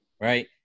right